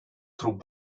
through